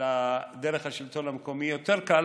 אלא דרך השלטון המקומי יותר קל,